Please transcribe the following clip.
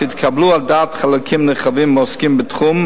והתקבלו על דעת חלקים נרחבים מהעוסקים בתחום,